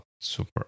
super